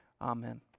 Amen